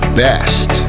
best